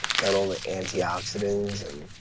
got all the antioxidants and